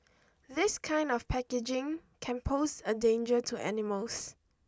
this kind of packaging can pose a danger to animals